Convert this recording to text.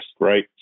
Right